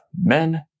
men